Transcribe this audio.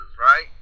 right